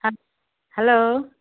হ্যা হ্যালো